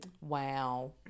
wow